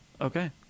Okay